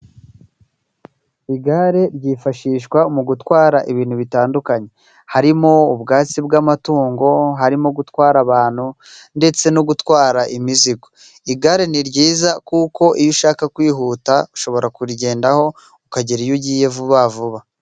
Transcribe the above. Igare ryifashishwa mu gutwara ibintu bitandukanye. Harimo ubwatsi bw'amatungo, harimo gutwara abantu ndetse no gutwara imizigo. Igare ni ryiza kuko iyo ushaka kwihuta, ushobora kurigendaho ukagera iyo ugiye vuba vuba.